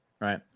Right